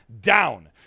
down